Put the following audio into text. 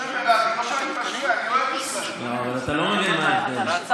לא שאני משווה, אני, אבל אתה לא מבין מה ההבדל.